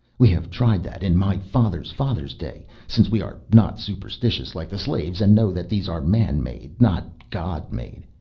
we have tried that, in my father's father's day, since we are not superstitious like the slaves and know that these are man-made not god-made.